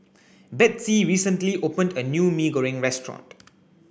Betsey recently opened a new Mee Goreng Restaurant